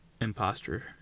imposter